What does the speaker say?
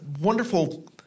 wonderful